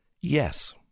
Yes